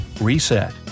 Reset